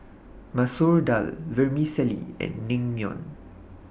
Masoor Dal Vermicelli and Naengmyeon